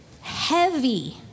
heavy